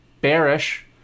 bearish